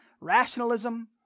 rationalism